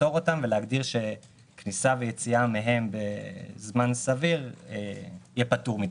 לפטור אותם ולהגדיר שכניסה ויציאה מהם בזמן סביר יהיו פטורים מתשלום.